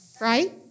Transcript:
right